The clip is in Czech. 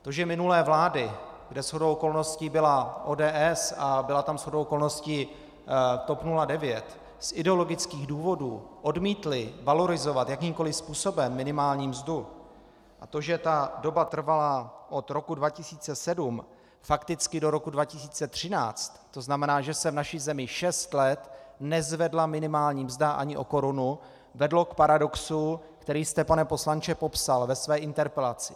To, že minulé vlády, kde shodou okolností byla ODS a byla tam shodou okolností TOP 09, z ideologických důvodů odmítly valorizovat jakýmkoli způsobem minimální mzdu, a to, že ta doba trvala od roku 2007 fakticky do roku 2013, to znamená, že se v naší zemi šest let nezvedla minimální mzda ani o korunu, vedlo k paradoxu, který jste, pane poslanče, popsal ve své interpelaci.